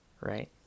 right